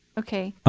ok.